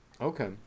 okay